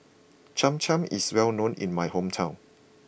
Cham Cham is well known in my hometown